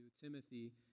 Timothy